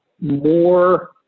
more